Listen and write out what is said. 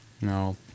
No